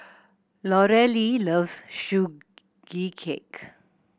Lorelei loves Sugee Cake